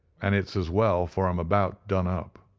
and it's as well, for i am about done up.